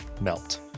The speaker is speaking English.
melt